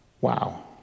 Wow